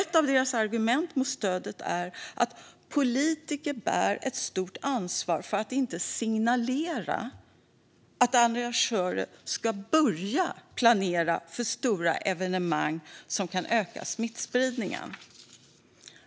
Ett av deras argument mot stödet är att politiker bär ett stort ansvar för att inte signalera att arrangörer ska börja planera för stora evenemang som kan öka smittspridningen.